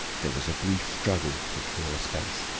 there was a brief struggle to clear a space,